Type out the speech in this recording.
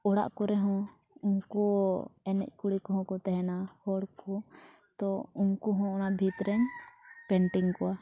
ᱚᱲᱟᱜ ᱠᱚᱨᱮ ᱦᱚᱸ ᱩᱱᱠᱩ ᱮᱱᱮᱡ ᱠᱩᱲᱤ ᱠᱚᱦᱚᱸ ᱠᱚ ᱛᱟᱦᱮᱱᱟ ᱦᱚᱲᱠᱚ ᱛᱳ ᱩᱱᱠᱩ ᱦᱚᱸ ᱚᱱᱟ ᱵᱷᱤᱛᱨᱮᱧ ᱠᱚᱣᱟ